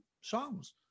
songs